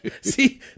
See